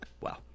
Wow